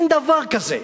אין דבר כזה.